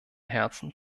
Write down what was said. herzen